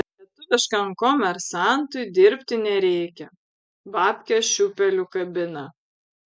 lietuviškam komersantui dirbti nereikia babkes šiūpeliu kabina